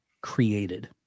created